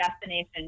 destination